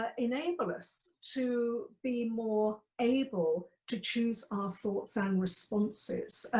ah enable us to be more able to choose our thoughts and responses.